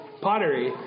pottery